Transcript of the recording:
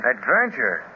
Adventure